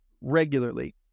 regularly